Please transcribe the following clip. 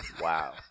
Wow